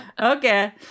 Okay